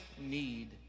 need